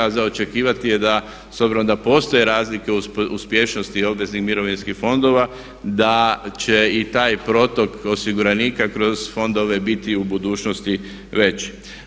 A za očekivati je da s obzirom da postoje razlike uspješnosti obveznih mirovinskih fondova da će i taj protok osiguranika kroz fondove biti u budućnosti veći.